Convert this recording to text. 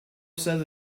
says